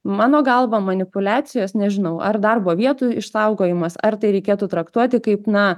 mano galva manipuliacijos nežinau ar darbo vietų išsaugojimas ar tai reikėtų traktuoti kaip na